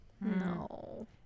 No